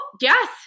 Yes